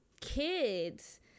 kids